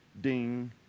ding